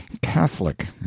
catholic